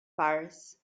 fares